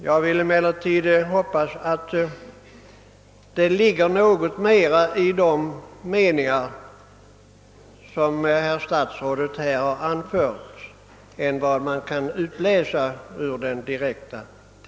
Jag vill emellertid hoppas att det ligger något mera positivt i de meningar som herr statsrådet här har anfört än vad man direkt kan utläsa ur svaret.